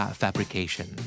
fabrication